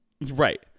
right